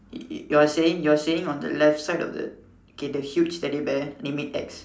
is is you're saying you're saying on the left side of the okay the huge teddy bear name it X